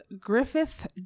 Griffith